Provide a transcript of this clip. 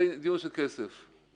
זה דיון של כסף.